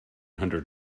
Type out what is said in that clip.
hundred